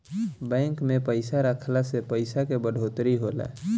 bank में पइसा रखला से पइसा के बढ़ोतरी होला